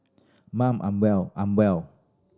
mum I'm well I'm well